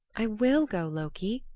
i will go, loki,